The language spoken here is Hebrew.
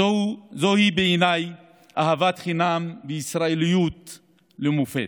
זוהי בעיניי אהבת חינם וישראליות למופת.